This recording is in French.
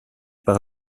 par